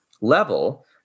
level